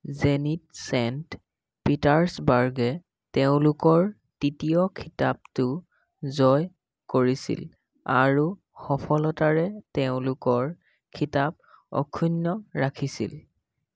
Zenit Saint পিটাৰ্ছবাৰ্গে তেওঁলোকৰ তৃতীয় খিতাপটো জয় কৰিছিল আৰু সফলতাৰে তেওঁলোকৰ খিতাপ অক্ষুন্ন ৰাখিছিল